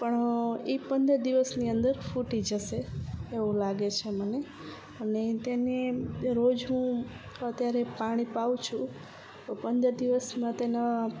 પણ એ પંદર દિવસની અંદર ફૂટી જશે એવું લાગે છે મને અને તેને રોજ હું અત્યારે પાણી પાઉં છું પંદર દિવસમાં તેના